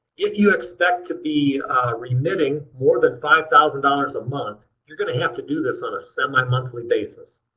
if you expect to be remitting more than five thousand dollars a month, you're going to have to do this on a semi-monthly basis.